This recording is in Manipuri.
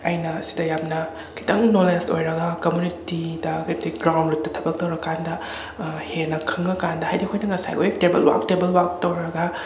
ꯑꯩꯅ ꯁꯤꯗ ꯌꯥꯝꯅ ꯈꯤꯇꯪ ꯅꯣꯂꯦꯖ ꯑꯣꯏꯔꯒ ꯀꯝꯃꯨꯅꯤꯇꯤꯗ ꯑꯗꯒꯤ ꯒ꯭ꯔꯥꯎꯟ ꯔꯨꯠꯇ ꯊꯕꯛ ꯇꯧꯔ ꯀꯥꯟꯗ ꯍꯦꯟꯅ ꯈꯪꯉ ꯀꯥꯟꯗ ꯍꯥꯏꯗꯤ ꯑꯩꯈꯣꯏꯅ ꯉꯁꯥꯏꯈꯣꯏ ꯇꯦꯕꯜ ꯋꯥꯛ ꯇꯦꯕꯜ ꯋꯥꯛ ꯇꯧꯔꯒ